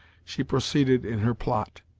she proceeded in her plot.